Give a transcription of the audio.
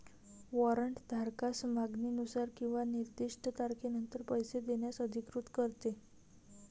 warrant धारकास मागणीनुसार किंवा निर्दिष्ट तारखेनंतर पैसे देण्यास अधिकृत करते